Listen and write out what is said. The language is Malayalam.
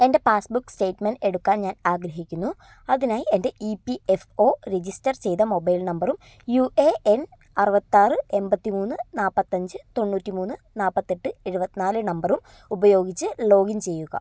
എന്റെ പാസ്ബുക്ക് സ്റ്റേറ്റ്മെന്റ് എടുക്കാൻ ഞാൻ ആഗ്രഹിക്കുന്നു അതിനായി എന്റെ E P F O register ചെയ്ത മൊബൈൽ നമ്പറും യു എ എൻ അറുപത്താറ് എൺപത്തിമൂന്ന് നാൽപ്പത്തഞ്ച് തൊണ്ണൂറ്റിമൂന്ന് നാൽപ്പത്തെട്ട് എഴുപത്തിനാല് നമ്പറും ഉപയോഗിച്ച് ലോഗിൻ ചെയ്യുക